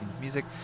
Music